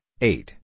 eight